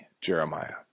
Jeremiah